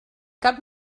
cap